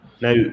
Now